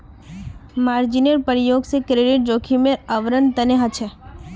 मार्जिनेर प्रयोग क्रेडिट जोखिमेर आवरण तने ह छे